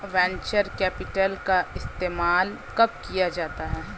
Venture capital का इस्तेमाल कब किया जाता है?